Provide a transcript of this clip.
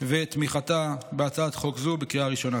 ואת תמיכתה בהצעת חוק זו בקריאה ראשונה.